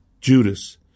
Judas